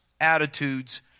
attitudes